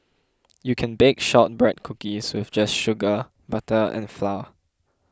you can bake Shortbread Cookies with just sugar butter and flour